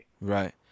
Right